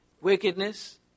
wickedness